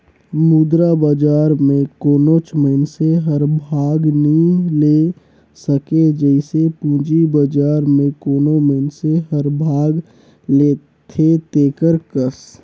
मुद्रा बजार में कोनोच मइनसे हर भाग नी ले सके जइसे पूंजी बजार में कोनो मइनसे हर भाग लेथे तेकर कस